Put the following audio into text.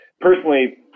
Personally